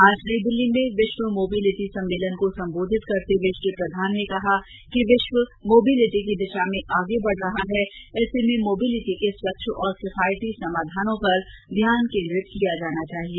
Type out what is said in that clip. आज नई दिल्ली में विश्व मोबिलिटी सम्मेलन को सम्बोधित करते हुए श्री प्रधान ने कहा कि विश्व मोबिलिटी की दिशा में आगे बढ़ रहा है ऐसे में मोबिलिटी के स्वच्छ और किफायती समाधानों पर ध्यान केन्द्रित किया जाना चाहिए